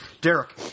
Derek